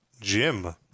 Jim